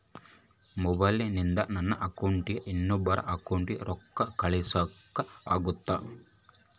ಮೊಬೈಲಿಂದ ನನ್ನ ಅಕೌಂಟಿಂದ ಇನ್ನೊಬ್ಬರ ಅಕೌಂಟಿಗೆ ರೊಕ್ಕ ಕಳಸಾಕ ಆಗ್ತೈತ್ರಿ?